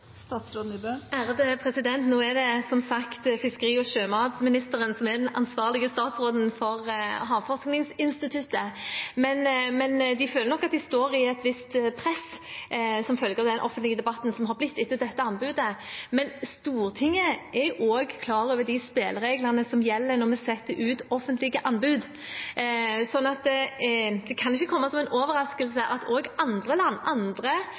Nå er det som sagt fiskeri- og sjømatministeren som er den ansvarlige statsråden for Havforskningsinstituttet, men de føler nok at de står i et visst press som følge av den offentlige debatten som har kommet etter dette anbudet. Stortinget er klar over de spillereglene som gjelder når vi setter ut offentlige anbud, så det kan ikke komme som en overraskelse at også andre land, andre